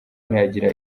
ntiyagira